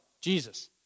Jesus